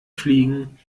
fliegen